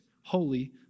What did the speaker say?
holy